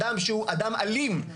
אדם שהוא אדם אלים,